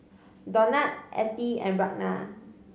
Donat Ethie and Ragna